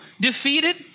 defeated